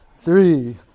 three